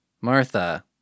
Martha